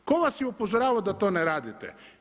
Tko vas je upozoravao da to ne radite?